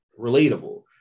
relatable